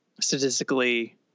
statistically